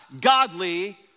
godly